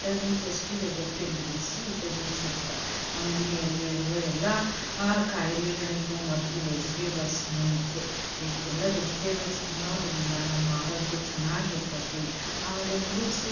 vitamins ಎಷ್ಟಿದೆ ಗೊತ್ತೇನು ರೀ ಸಿ ವಿಟಮಿನ್ಸ್ ಇರುತ್ತೆ ನಮ್ಮ ಮನೆಯಲ್ಲಿರುವ ಎಲ್ಲ ಖಾಯ್ಲೆಗಳಿಗೂ ಮೊದಲು ವೆಜಿಟೇಬಲ್ಸ್ ಮುಂಚೆ ಎಲ್ಲ ವೆಜಿಟೇಬಲ್ಸ್ ತಿನ್ನೋದರಿಂದ ನಮ್ಮ ಆರೋಗ್ಯ ಚೆನ್ನಾಗಿರ್ತತ್ತಿ ಆಮೇಲೆ ಫ್ರೂಟ್ಸು